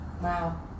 Wow